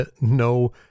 no